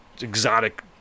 exotic